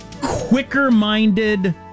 quicker-minded